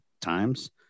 times